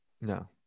No